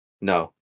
No